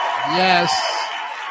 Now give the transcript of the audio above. Yes